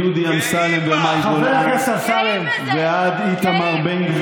מדודי אמסלם ומאי גולן ועד איתמר בן גביר,